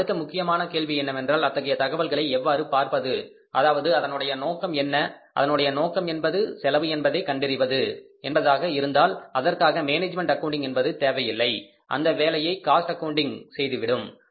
இங்கு அடுத்த முக்கியமான கேள்வி என்னவென்றால் அத்தகைய தகவல்களை எவ்வாறு பார்ப்பது அதாவது அதனுடைய நோக்கம் என்ன அதனுடைய நோக்கம் என்பது செலவு என்பதை கண்டறிவது என்பதாக இருந்தால் அதற்காக மேனேஜ்மெண்ட் அக்கவுண்டிங் என்பது தேவையில்லை அந்த வேலையை காஸ்ட் அக்கவுண்டிங் செய்துவிடும்